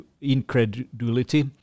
incredulity